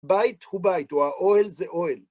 בית הוא בית, והאוהל זה אוהל.